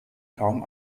kaum